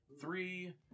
Three